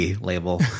label